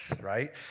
right